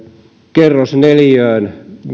kerrosneliöihin